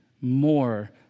more